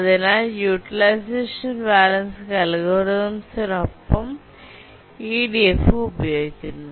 അതിനാൽ utilisation balancing അൽഗോരിതംസിനൊപ്പം ഇഡിഎഫും ഉപയോഗിക്കുന്നു